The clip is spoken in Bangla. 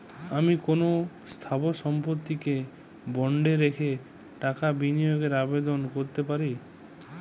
আমি কোন কোন স্থাবর সম্পত্তিকে বন্ডে রেখে টাকা বিনিয়োগের আবেদন করতে পারি?